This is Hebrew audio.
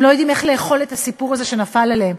הם לא יודעים איך לאכול את הסיפור הזה שנפל עליהם.